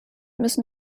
müssen